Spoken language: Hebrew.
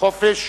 החופש